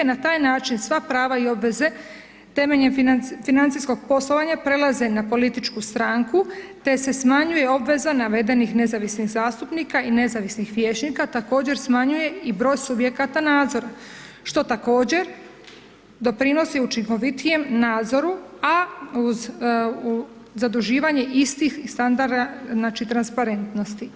Na taj način sva prava i obveze temeljem financijskog poslovanja prelaze na političku stranku, te se smanjuje obveza navedenih nezavisnih zastupnika i nezavisnih vijećnika, također smanjuje i broj subjekata nadzora, što također pridonosi učinkovitijem nadzoru, a uz zaduživanje istih standarda, znači, transparentnosti.